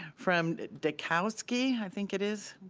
from dichowski, i think it is,